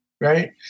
Right